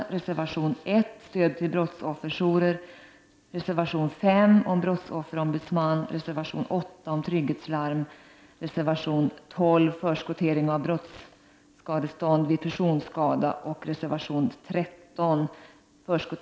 Det är reservation 1 om stöd till brottsofferjourer, reservation 5 om en brottsofferombudsman, reservation 8 om trygghetslarm, reservation 12 om förskot